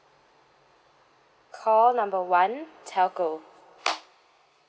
call number one telco